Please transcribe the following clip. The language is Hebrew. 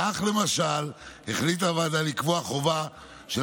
כך למשל החליטה הוועדה לקבוע חובה של